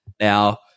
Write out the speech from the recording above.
Now